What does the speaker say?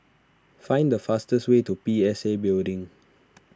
find the fastest way to P S A Building